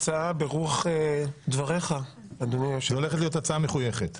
נשמעו הצעות במליאה להעביר את זה גם לוועדת הכספים.